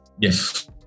Yes